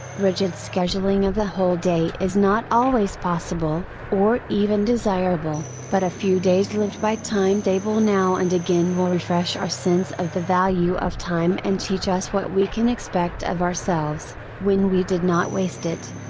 rigid scheduling of a whole day is not always possible, or even desirable, but a few days lived by timetable now and again will refresh our sense of the value of time and teach us what we can expect of ourselves, when we do not waste it.